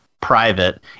private